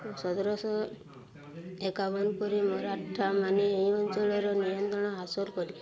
ଯଦ୍ୱାରା ସେ ଏକାବନ ପରି ମରାଠା ମାନେ ଏହି ଅଞ୍ଚଳର ନିୟନ୍ତ୍ରଣ ହାସଲ କରି